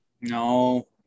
No